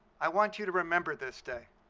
i want you to remember this day.